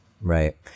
Right